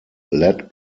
led